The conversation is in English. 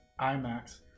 imax